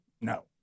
No